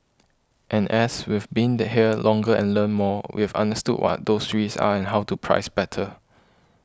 and as we've been the hill longer and learnt more we've understood what those three's are and how to price better